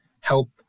help